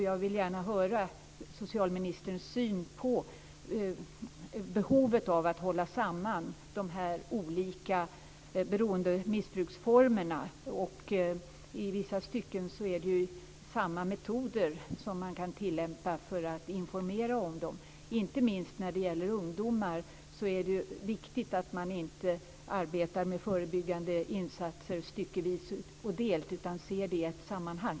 Jag vill gärna höra socialministerns syn på behovet av att hålla samman de här olika beroende och missbruksformerna. I vissa stycken är det samma metoder som man kan tillämpa för att informera om dem. Inte minst när det gäller ungdomar är det viktigt att man inte arbetar med förebyggande insatser styckevis utan ser det i ett sammanhang.